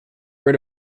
rid